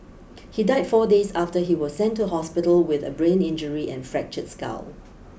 he died four days after he was sent to hospital with a brain injury and fractured skull